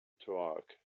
talk